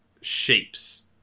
shapes